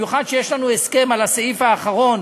במיוחד כשיש לנו הסכם על הסעיף האחרון,